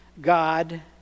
God